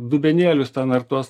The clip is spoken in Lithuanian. dubenėlius ten ar tuos